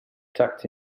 tucked